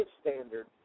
standard